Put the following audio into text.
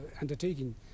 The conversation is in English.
undertaking